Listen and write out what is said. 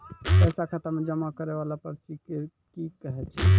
पैसा खाता मे जमा करैय वाला पर्ची के की कहेय छै?